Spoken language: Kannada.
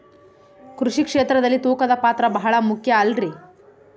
ಕೃಷಿ ಕ್ಷೇತ್ರದಲ್ಲಿ ತೂಕದ ಪಾತ್ರ ಬಹಳ ಮುಖ್ಯ ಅಲ್ರಿ?